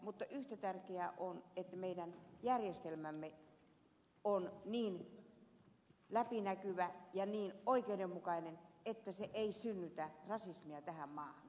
mutta yhtä tärkeää on että meidän järjestelmämme on niin läpinäkyvä ja niin oikeudenmukainen että se ei synnytä rasismia tähän maahan